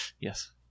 Yes